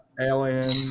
alien